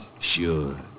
Sure